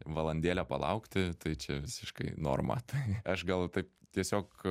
valandėlę palaukti tai čia visiškai norma tai aš gal taip tiesiog